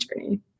journey